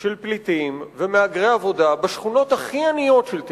של פליטים ומהגרי עבודה בשכונות העניות ביותר של תל-אביב,